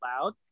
loud